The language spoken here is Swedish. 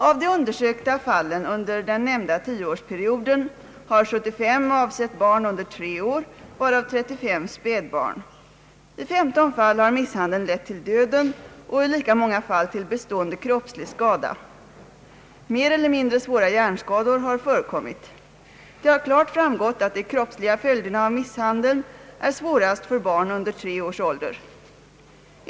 Av de undersökta fallen under den nämnda tioårsperioden har 75 avsett barn under tre år, varav 35 spädbarn. I 15 fall har misshandeln lett till döden och i lika många fall till bestående kroppslig skada. Mer eller mindre svåra hjärnskador har förekommit. Det har klart framgått att de kroppsliga följderna av misshandeln är svårast för barn under tre års ålder.